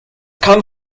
kann